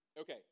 Okay